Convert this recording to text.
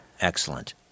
Excellent